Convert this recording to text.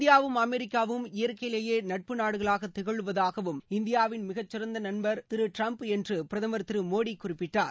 இந்தியாவும் அமெிக்காவும் இயற்கையிலேயே நட்பு நாடுகளாக திகழுவதாகவும் இந்தியாவின் மிகச்சிறந்த நண்பர் திரு டிரம்ப் என்று பிரதமர் திரு மோடி குறிப்பிட்டார்